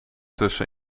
tussen